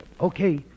Okay